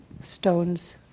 Stones